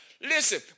Listen